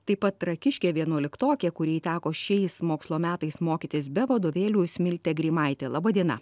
taip pat trakiškė vienuoliktokė kuriai teko šiais mokslo metais mokytis be vadovėlių smiltė greimaitė laba diena